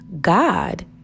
God